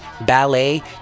ballet